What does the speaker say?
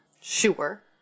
Sure